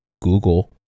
Google